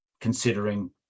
considering